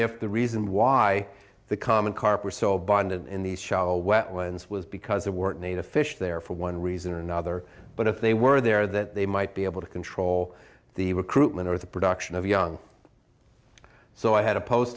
if the reason why the common carp were so abundant in the shallow wetlands was because there weren't native fish there for one reason or another but if they were there that they might be able to control the recruitment or the production of young so i had a post